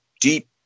deep